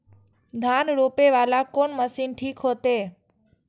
धान रोपे वाला कोन मशीन ठीक होते?